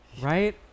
Right